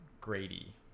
Grady